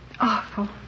Awful